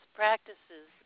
practices